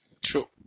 True